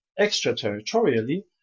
extraterritorially